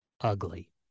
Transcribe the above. ugly